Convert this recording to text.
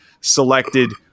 selected